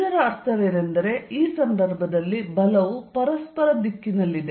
ಇದರ ಅರ್ಥವೇನೆಂದರೆ ಆ ಸಂದರ್ಭದಲ್ಲಿ ಬಲವು ಪರಸ್ಪರ ದಿಕ್ಕಿನಲ್ಲಿದೆ